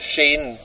Shane